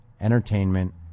entertainment